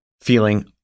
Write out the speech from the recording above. feeling